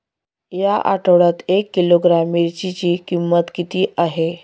या आठवड्यात एक किलोग्रॅम मिरचीची किंमत किती आहे?